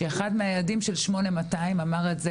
שאחד מהיעדים של 8200 אמר את זה